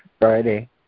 Friday